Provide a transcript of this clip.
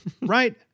right